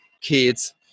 kids